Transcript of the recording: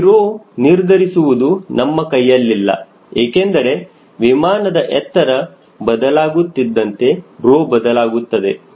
ಈ ರೊ ನಿರ್ಧರಿಸುವುದು ನಮ್ಮ ಕೈಯಲ್ಲಿಲ್ಲ ಏಕೆಂದರೆ ವಿಮಾನದ ಎತ್ತರ ಬದಲಾಗುತ್ತಿದ್ದಂತೆ ರೊ ಬದಲಾಗುತ್ತದೆ